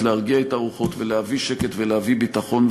להרגיע את הרוחות ולהביא שקט ולהביא ביטחון.